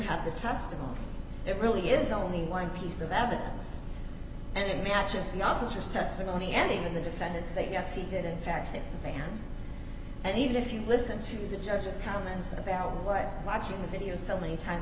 have the testimony it really is only one piece of evidence and it matches the officer's testimony and even the defendant's that yes he did in fact the mayor and even if you listen to the judge's comments about like watching the video so many times i